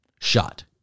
shot